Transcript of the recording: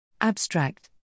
Abstract